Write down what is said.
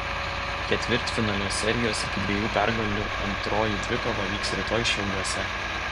ketvirtfinalio serijos iki dviejų pergalių antroji dvikova vyks rytoj šiauliuose